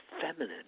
feminine